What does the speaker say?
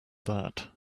that